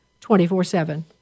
24-7